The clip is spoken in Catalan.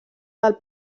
del